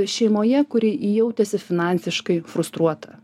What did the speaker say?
šeimoje kuri jautėsi finansiškai frustruota